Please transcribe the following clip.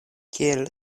kiel